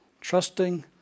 Trusting